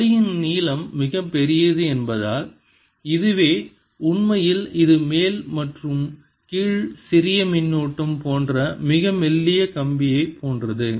தடியின் நீளம் மிகப் பெரியது என்பதால் இதுவே உண்மையில் இது மேல் மற்றும் கீழ் சிறிய மின்னூட்டம் போன்ற மிக மெல்லிய கம்பியைப் போன்றது